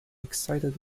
excited